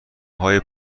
های